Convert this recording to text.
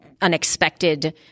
unexpected